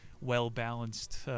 well-balanced